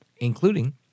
including